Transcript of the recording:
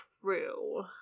true